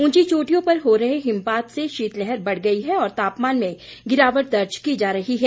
उंची चोटियों पर हो रहे हिमपात से शीतलहर बढ़ गई है और तापमान में गिरावट दर्ज की जा रही है